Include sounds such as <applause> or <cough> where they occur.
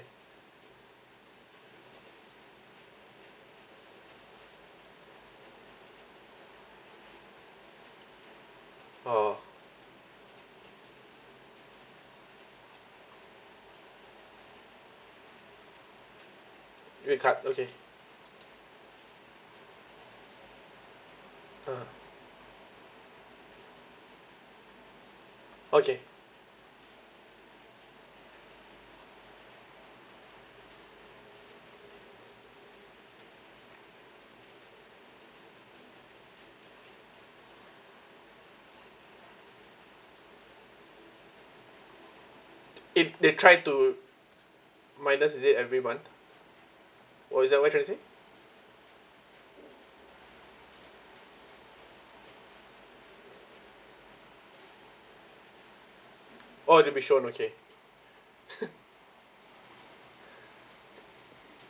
oh red card okay (uh huh) okay it they tried to minus is it everyone or is that what you're trying to say oh to be shown okay <laughs>